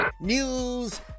News